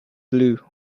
blue